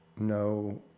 no